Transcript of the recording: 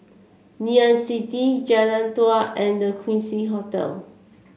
Ngee Ann City Jalan Dua and The Quincy Hotel